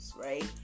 right